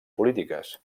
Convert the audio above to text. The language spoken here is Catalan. polítiques